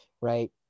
Right